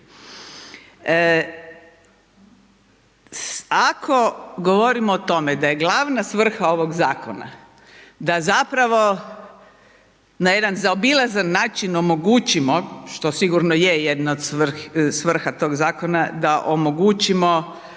Ako govorimo o tome da je glavna svrha ovog zakona da zapravo na jedan zaobilazan način omogućimo, što sigurno je jedna od svrha tog zakona, da omogućimo